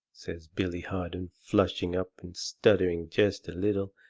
says billy harden, flushing up and stuttering jest a little,